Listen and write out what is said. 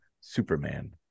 Superman